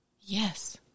yes